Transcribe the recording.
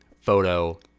photo